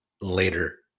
later